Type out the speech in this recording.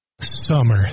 summer